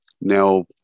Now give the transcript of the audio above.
Now